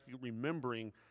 remembering